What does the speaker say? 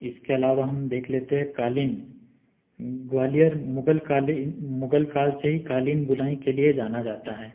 इसके अलावा हम देख लेते हैं कालीन ग्वालियर मुगलकालीन मुग़ल काल से ही कालीन बुनाई के लिए जाना जाता है